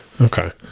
Okay